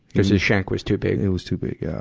his his shank was too big? it was too big, yeah